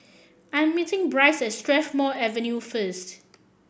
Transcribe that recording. I'm meeting Brice at Strathmore Avenue first